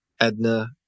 Edna